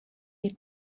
you